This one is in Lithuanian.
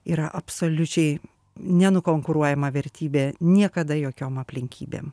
yra absoliučiai nenukonkuruojama vertybė niekada jokiom aplinkybėm